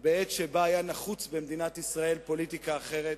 בעת שבה היתה נחוצה במדינת ישראל פוליטיקה אחרת.